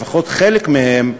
לפחות חלק מהם,